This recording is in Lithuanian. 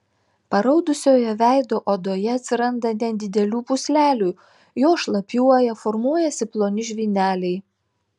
paraudusioje veido odoje atsiranda nedidelių pūslelių jos šlapiuoja formuojasi ploni žvyneliai